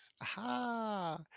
aha